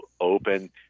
open